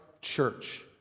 church